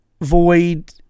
void